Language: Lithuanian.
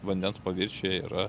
vandens paviršiuje yra